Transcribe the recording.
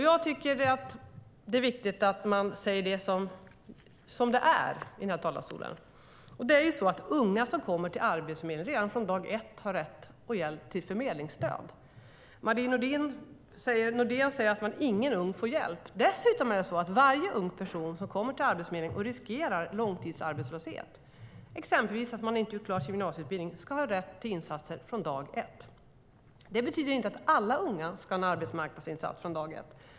Jag tycker att det är viktigt att man i den här talarstolen säger som det är. Unga som kommer till Arbetsförmedlingen har redan från dag ett rätt till förmedlingsstöd - Marie Nordén säger att ingen ung får hjälp. Dessutom ska varje ung person som kommer till Arbetsförmedlingen och riskerar långtidsarbetslöshet - det kan exempelvis handla om att man inte har gjort klart sin gymnasieutbildning - ha rätt till insatser från dag ett. Det betyder inte att alla unga ska ha en arbetsmarknadsinsats från dag ett.